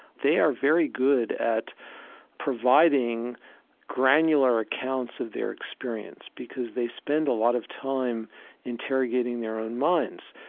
they are very good at providing granular accounts of their experience because they spend a lot of time interrogating their own minds.